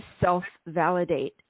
self-validate